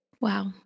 Wow